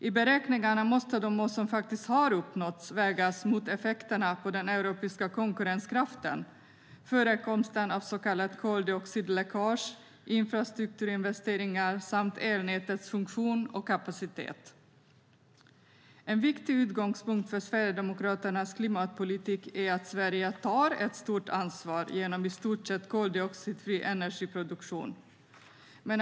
I beräkningarna måste de mål som faktiskt har uppnåtts vägas mot effekterna på den europeiska konkurrenskraften, förekomsten av så kallat koldioxidläckage, infrastrukturinvesteringar samt elnätens funktion och kapacitet. En viktig utgångspunkt för Sverigedemokraternas klimatpolitik är att Sverige tar ett stort ansvar genom i stort sett koldioxidfri energiproduktion.